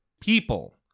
people